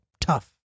tough